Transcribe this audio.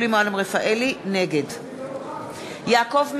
נגד יעקב מרגי,